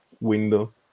window